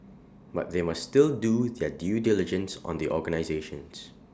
but they must still do their due diligence on the organisations